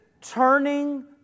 turning